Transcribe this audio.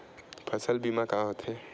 फसल बीमा का होथे?